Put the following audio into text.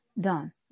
done